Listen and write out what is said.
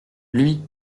lui